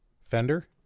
fender